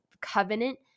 covenant